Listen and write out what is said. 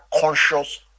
conscious